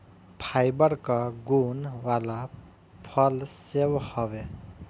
fibre कअ गुण वाला फल सेव हवे